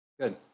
good